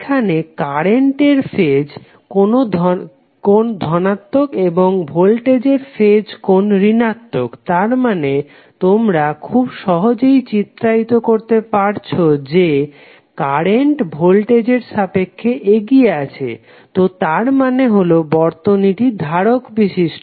এখানে কারেন্টের ফেজ কোন ধনাত্মক এবং ভোল্টেজের ফেজ কোন ঋণাত্মক তার মানে তোমরা খুব সহজেই চিত্রায়িত করতে পারছো যে কারেন্ট ভোল্টেজের সাপেক্ষে এগিয়ে আছে তো তার মানে হলো বর্তনীটি ধারক বিশিষ্ট